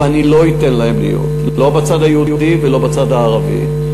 ולא אתן להן להיות, לא בצד היהודי ולא בצד הערבי.